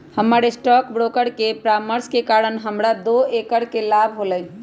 हमर stock broker के परामर्श के कारण हमरा दो करोड़ के लाभ होलय